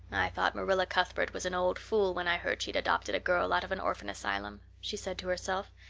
i thought marilla cuthbert was an old fool when i heard she'd adopted a girl out of an orphan asylum, she said to herself,